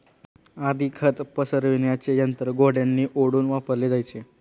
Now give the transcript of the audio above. आधी खत पसरविण्याचे यंत्र घोड्यांनी ओढून वापरले जायचे